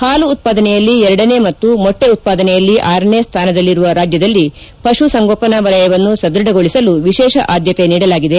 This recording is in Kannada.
ಹಾಲು ಉತ್ಪಾದನೆಯಲ್ಲಿ ಎರಡನೇ ಮತ್ತು ಮೊಟ್ಟೆ ಉತ್ಪಾದನೆಯಲ್ಲಿ ಆರನೇ ಸ್ಥಾನದಲ್ಲಿರುವ ರಾಜ್ಯದಲ್ಲಿ ಪಶು ಸಂಗೋಪನೆ ವಲಯವನ್ನು ಸದೃಢಗೊಳಿಸಲು ವಿಶೇಷ ಆದ್ದಕೆ ನೀಡಲಾಗಿದೆ